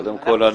קודם כל,